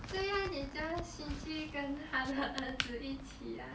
这样你叫 xin ji 跟她的儿子一起啊